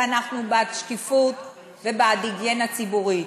כי אנחנו בעד שקיפות ובעד היגיינה ציבורית,